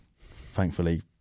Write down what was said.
thankfully